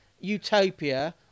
utopia